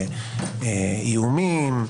לאיומים,